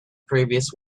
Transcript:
previous